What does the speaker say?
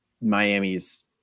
Miami's